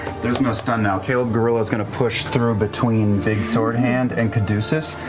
there is no stun now. caleb gorilla is going to push through between big sword hand and caduceus,